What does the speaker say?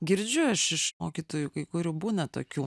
girdžiu aš iš mokytojų kai kurių būna tokių